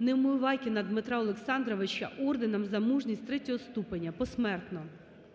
Неумивакіна Дмитра Олександровича орденом "За мужність" ІІІ ступеня (посмертно).